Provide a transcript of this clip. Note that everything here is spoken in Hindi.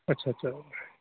अच्छा अच्छा